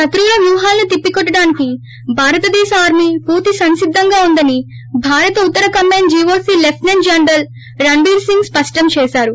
శత్రువుల వ్యూహాలను తిప్పికొట్లడానికి భారత దేశ ఆర్మీ పూర్తి సంసిద్దంగా ఉందని భారత ఉత్తర command GOC lieutenant general Ranbir Singh సృష్టం చేశారు